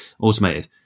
automated